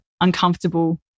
Uncomfortable